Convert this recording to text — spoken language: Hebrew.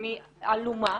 היא עלומה,